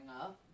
up